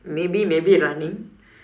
maybe maybe running